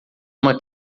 uma